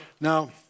Now